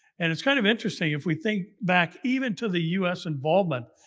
and it's kind of interesting if we think back even to the usa involvement.